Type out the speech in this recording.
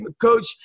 coach